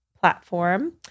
platform